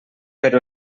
però